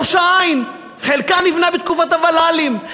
ראש-העין, חלקה נבנה בתקופת הוול"לים.